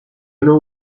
not